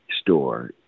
store